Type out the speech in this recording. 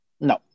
no